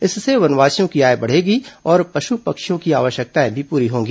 इससे वनवासियों की आय बढ़ेगी और पशु पक्षियों की आवश्यकताएं भी पूरी होंगी